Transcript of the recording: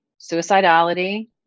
suicidality